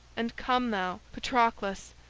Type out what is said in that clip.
and come thou, patroclus,